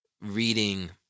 reading